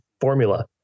formula